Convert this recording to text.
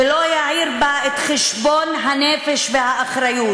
"ולא יעיר בה את חשבון הנפש והאחריות.